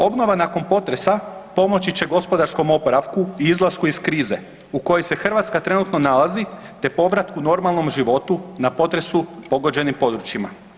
Obnova nakon potresa pomoći će gospodarskom oporavku i izlasku iz krize u kojoj se Hrvatska trenutno nalazi te povratku normalnom životu na potresu pogođenim područjima.